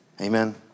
Amen